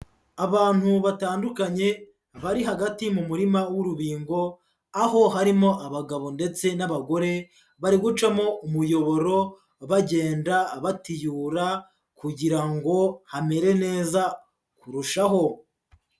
Abantu batandukanye bari hagati mu murima w'urubingo, aho harimo abagabo ndetse n'abagore bari gucamo umuyoboro bagenda batiyura kugira ngo hamere neza kurushaho.